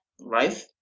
right